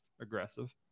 Aggressive